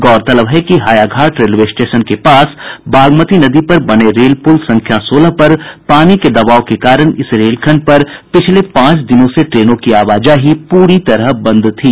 गौरतलब है कि हायाघाट रेलवे स्टेशन के पास बागमती नदी पर बने रेल पुल संख्या सोलह पर पानी के दबाव के कारण इस रेल खंड पर पिछले पांच दिनों से ट्रेनों की आवाजाही पूरी तरह बंद थी